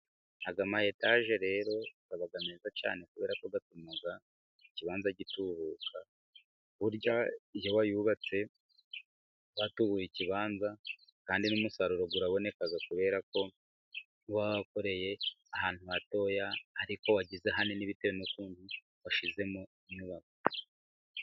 Aya ma Etaje rero aba meza cyane kuberako atuma ikibanza gitubuka, burya iyo wayubatse uba watubuye ikibanza kandi n'umusaruro uraboneka kuberako uba wakoreye ahantu hatoya ,ariko wagize hanini bitewe n'ukuntu washyizemo inyubako.